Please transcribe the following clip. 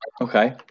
okay